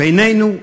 בינינו,